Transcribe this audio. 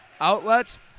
Outlets